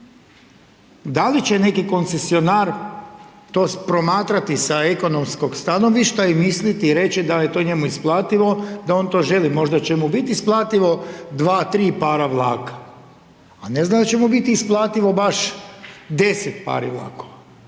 Da li će neki koncesionar to promatrati sa ekonomskog stanovišta i misliti i reći da je to njemu isplativo, da on to želi? Možda će mu biti isplativo 2, 3 para vlaka, ali ne znam hoće mu biti isplativo baš 10 pari vlaka.